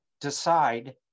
decide